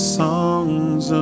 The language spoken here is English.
songs